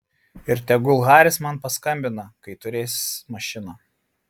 ir tegul haris man paskambina kai turės mašiną